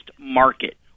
market